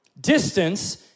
Distance